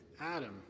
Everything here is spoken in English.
Adam